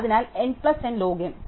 അതിനാൽ n plus n log n